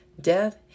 death